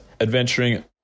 adventuring